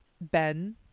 Ben